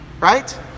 right